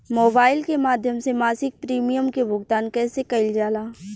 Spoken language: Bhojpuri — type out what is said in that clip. मोबाइल के माध्यम से मासिक प्रीमियम के भुगतान कैसे कइल जाला?